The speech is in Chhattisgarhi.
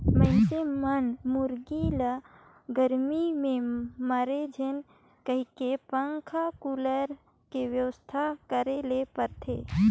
मइनसे मन मुरगी ल गरमी में मरे झेन कहिके पंखा, कुलर के बेवस्था करे ले परथे